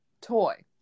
toy